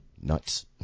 Nuts